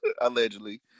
allegedly